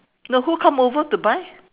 no who come over to buy